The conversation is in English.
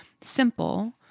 Simple